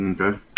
Okay